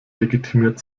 legitimiert